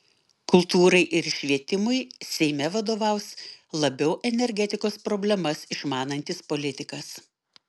kultūrai ir švietimui seime vadovaus labiau energetikos problemas išmanantis politikas